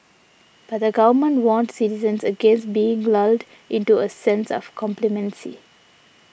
but the Government warned citizens against being lulled into a sense of complacency